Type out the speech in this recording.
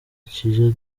kije